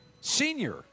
senior